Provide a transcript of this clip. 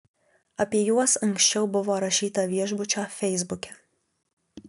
apie juos anksčiau buvo rašyta viešbučio feisbuke